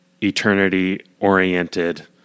eternity-oriented